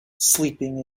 sleeping